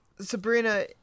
Sabrina